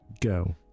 go